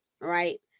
Right